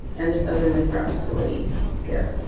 and this other waste rock facility here